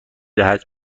دهد